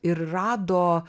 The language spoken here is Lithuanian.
ir rado